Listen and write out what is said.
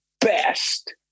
best